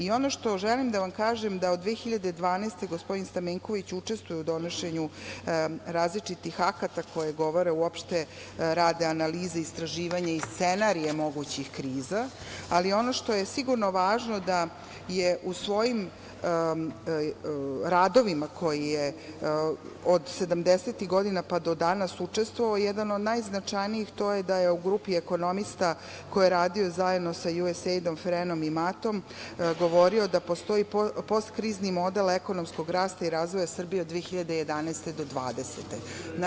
Ono što želim da vam kažem jeste da od 2012. godine gospodin Stamenković učestvuje u donošenju različitih akata koje govore, uopšte, rade analize, istraživanje i scenarije mogućih kriza, ali ono što je važno je da u svojim radovima u kojima je od 70-ih godina po danas učestvovao jedan od najznačajnijih, to je da je u grupi ekonomista koje je radio zajedno sa USAID-om, FREN-om i MAT-om, govorio da postoji postkrizni model ekonomskog rasta i razvoja Srbije od 2011. do 2020. godine.